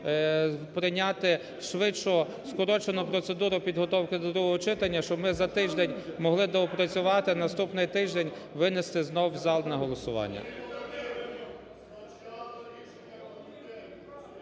прийняти швидшу, скорочену процедуру підготовки до другого читання, щоб ми за тиждень могли доопрацювати і на наступний тиждень винести знову в зал на голосування.